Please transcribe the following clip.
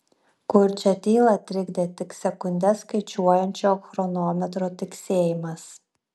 kurčią tylą trikdė tik sekundes skaičiuojančio chronometro tiksėjimas